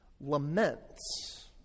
laments